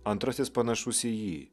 antrasis panašus į jį